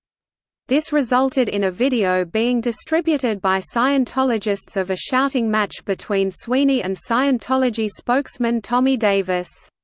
this resulted in a video being distributed by scientologists of a shouting match between sweeney and scientology spokesman tommy davis.